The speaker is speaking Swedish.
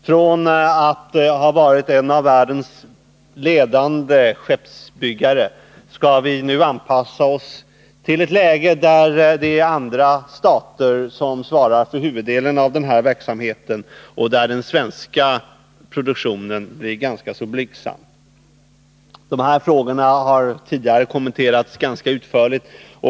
Från att ha varit en av världens ledande skeppsbyggarnationer skall vi nu anpassa oss till ett läge där det är andra stater än Sverige som svarar för huvuddelen av den här verksamheten och där den svenska produktionen är ganska blygsam. Frågorna har tidigare kommenterats ganska utförligt.